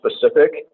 specific